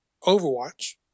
Overwatch